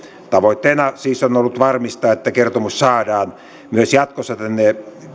tavoitteena siis on ollut varmistaa että kertomus saadaan myös jatkossa tänne